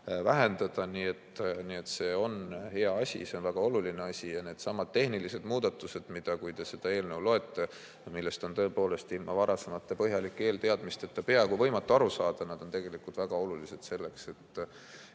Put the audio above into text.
vähendada. Nii et see on hea asi, see on väga oluline asi. Ja needsamad tehnilised muudatused, mida te sellest eelnõust loete ja millest on tõepoolest ilma varasemate põhjalike eelteadmisteta peaaegu võimatu aru saada, on tegelikult väga olulised selleks, et